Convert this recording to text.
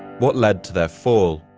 what led to their fall,